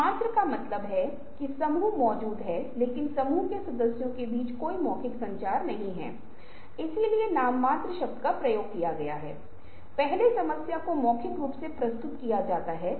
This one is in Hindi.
सिक्स थिंकिंग हैट्स छह अलग अलग तरह की सोच के बारे में है जो वास्तव में तब होती है जब हम एक साथ या क्रमानुसार सोच रहे होते हैं लेकिन जो यहां अलग थलग पड़ जाती हैं